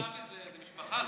כל מקרה כזה זו משפחה,